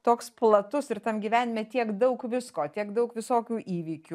toks platus ir tam gyvenime tiek daug visko tiek daug visokių įvykių